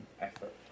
effort